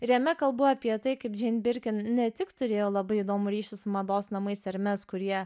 jame kalbu apie tai kaip džim birkin ne tik turėjo labai įdomų ryšį su mados namais armes kurie